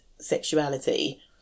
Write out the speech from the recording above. sexuality